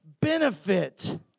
benefit